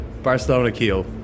Barcelona-Kiel